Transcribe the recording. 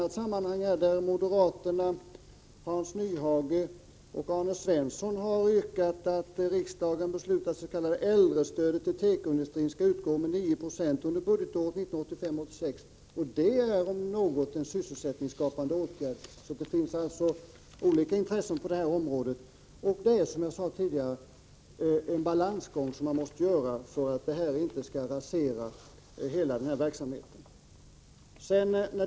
Jag vill erinra om att moderaterna Hans Nyhage och Arne Svensson i ett annat sammanhang har väckt en motion med yrkande om att riksdagen skall besluta att det s.k. äldrestödet till tekoindustrin skall utgå med 9 26 under budgetåret 1985/86. Äldrestödet, om något, är en sysselsättningsskapande åtgärd. Det finns alltså olika intressen på detta område. Som jag sade tidigare är det fråga om en balansgång som man måste göra för att inte rasera verksamheter av det slag vi nu diskuterar.